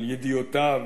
על ידיעותיו,